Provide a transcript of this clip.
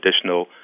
additional